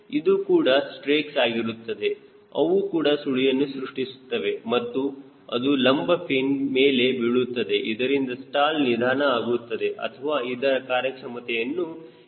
ಇದು ಕೂಡ ಸ್ಟ್ರೇಕ್ಸ್ ಆಗಿರುತ್ತದೆ ಅವು ಕೂಡ ಸುಳಿಯನ್ನು ಸೃಷ್ಟಿಸುತ್ತದೆ ಮತ್ತು ಅದು ಲಂಬ ಫಿನ್ ಮೇಲೆ ಬೀಳುತ್ತದೆ ಇದರಿಂದ ಸ್ಟಾಲ್ ನಿಧಾನ ಆಗುತ್ತದೆ ಅಥವಾ ಇದರ ಕಾರ್ಯಕ್ಷಮತೆಯನ್ನು ಹೆಚ್ಚಿಸುತ್ತದೆ